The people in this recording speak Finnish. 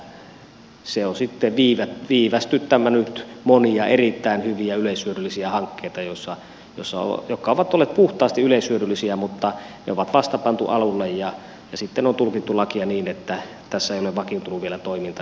käytännössä se on viivästyttänyt monia erittäin hyviä yleishyödyllisiä hankkeita jotka ovat olleet puhtaasti yleishyödyllisiä mutta jotka on vasta pantu alulle kun lakia on tulkittu niin että toiminta ei ole vielä vakiintunut eikä voida keräyslupaa antaa